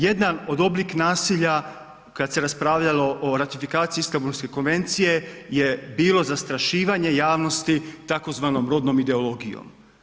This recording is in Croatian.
Jedan od oblika nasilja kada se raspravljalo o ratifikaciji Istambulske konvencije je bilo zastrašivanje javnosti tzv. rodnom ideologijom.